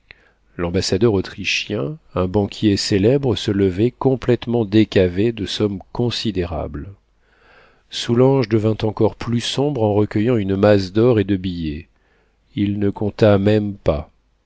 l'ambassadeur autrichien un banquier célèbre se levaient complétement décavés de sommes considérables soulanges devint encore plus sombre en recueillant une masse d'or et de billets il ne compta même pas